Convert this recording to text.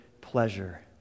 pleasure